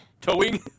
Towing